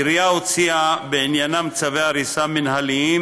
העירייה הוציאה בעניינם צווי הריסה מינהליים,